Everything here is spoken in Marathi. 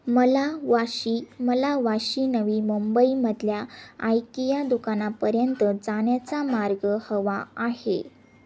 मला वाशी मला वाशी नवी मुंबईमधल्या आयकिया दुकानापर्यंत जाण्याचा मार्ग हवा आहे